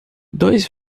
dois